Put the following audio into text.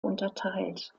unterteilt